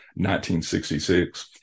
1966